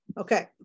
Okay